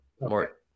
more